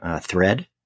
thread